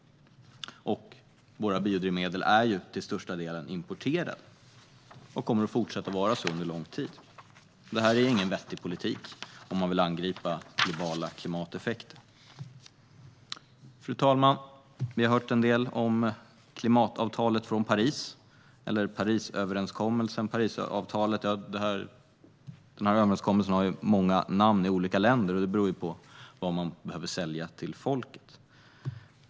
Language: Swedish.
Våra biodrivmedel är till största delen importerade, och så lär det fortsätta att vara under lång tid. Detta är ingen vettig politik om man vill angripa globala klimateffekter. Fru talman! Vi har hört en del om klimatavtalet från Paris, som även kallas Parisöverenskommelsen eller Parisavtalet. Denna överenskommelse har många olika namn i olika länder - det beror på vad man behöver sälja till folket.